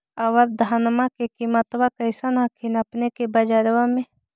अबर धानमा के किमत्बा कैसन हखिन अपने के बजरबा में?